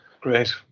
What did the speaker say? Great